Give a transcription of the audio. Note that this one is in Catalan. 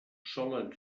solen